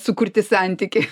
sukurti santykį